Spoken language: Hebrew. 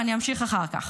ואני אמשיך אחר כך.